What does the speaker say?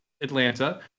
Atlanta